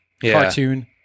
Cartoon